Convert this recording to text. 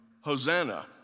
Hosanna